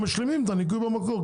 הם משלימים את הניכוי במקור,